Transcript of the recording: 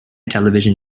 television